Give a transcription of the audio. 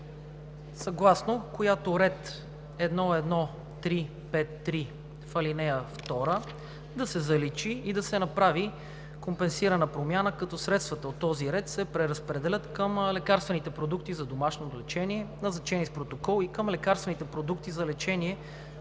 съгласно която ред 1.1.3.5.3. в ал. 2 да се заличи и да се направи компенсирана промяна, като средствата от този ред се преразпределят към лекарствените продукти за домашно лечение, назначени с протокол, и към лекарствените продукти за лечение